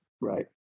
right